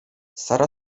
sara